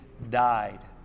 died